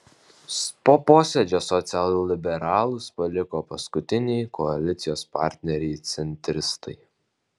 po posėdžio socialliberalus paliko paskutiniai koalicijos partneriai centristai